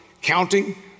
counting